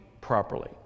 properly